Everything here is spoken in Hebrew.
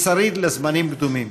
היא שריד לזמנים קדומים,